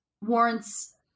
warrants